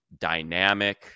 dynamic